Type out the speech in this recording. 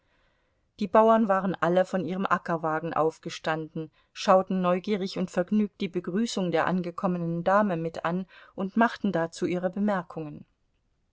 die bauern waren alle von ihrem ackerwagen aufgestanden schauten neugierig und vergnügt die begrüßung der angekommenen dame mit an und machten dazu ihre bemerkungen